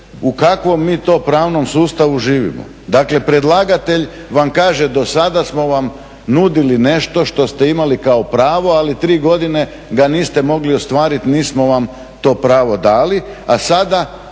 u kakvom mi to pravnom sustavu živimo. Dakle, predlagatelj vam kaže do sada smo vam nudili nešto što ste imali kao pravo, ali 3 godine ga niste mogli ostvariti, nismo vam to pravo dali, a sada